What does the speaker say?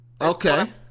Okay